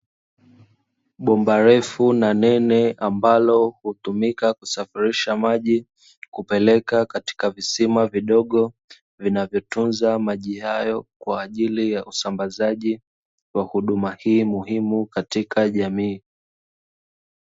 Bomba refu na nene ambalo hutumika kusafirisha maji, kupeleka katika visima vidogo, vinavyotunza maji hayo kwa ajili ya usambazaji, wa huduma hii muhimu katika jamii.